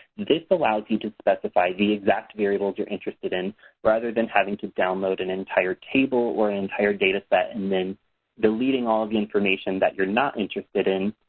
this allows you to specify the exact variables you're interested in rather than having to download an entire table or an entire data set and then deleting all of the information that you're not interested in.